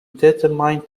determine